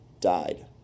died